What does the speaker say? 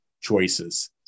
choices